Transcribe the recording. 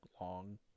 long